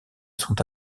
sont